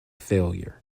failure